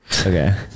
Okay